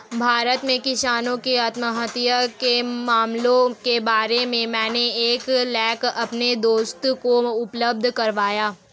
भारत में किसानों की आत्महत्या के मामलों के बारे में मैंने एक लेख अपने दोस्त को उपलब्ध करवाया